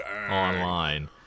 online